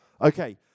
Okay